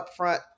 upfront